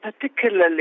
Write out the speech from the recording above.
particularly